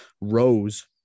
Rose